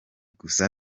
gusa